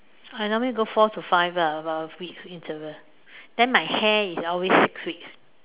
I normally go four to five ah about a week interval then my hair is always six weeks